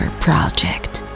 Project